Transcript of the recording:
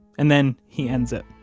and then he ends it,